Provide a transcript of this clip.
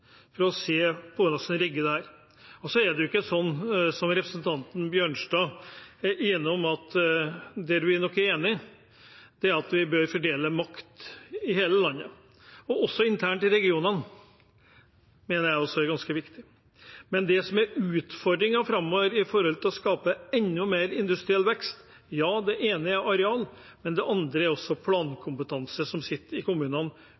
for å se hvordan en skal rigge dette. Så er det jo ikke sånn som representanten Bjørnstad er innom. Det vi nok er enige om, er at vi bør fordele makt, i hele landet, og også internt i regionene. Det mener jeg også er ganske viktig. Men det som er utfordringen framover for å skape enda mer industriell vekst, er for det første areal, men det andre er å ha plankompetanse som sitter i kommunene,